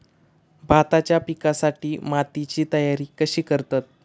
भाताच्या पिकासाठी मातीची तयारी कशी करतत?